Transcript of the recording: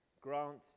Grant